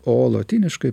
o lotyniškai